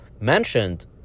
mentioned